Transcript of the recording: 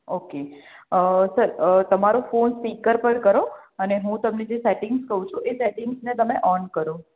okay હ sir તમારો phone speaker પર કરો અને હું તમને જે સેટિંગ્સ કહું છું એ સેટિંગ્સને તમે ઓન કરો